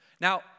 Now